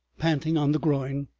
panting on the groin,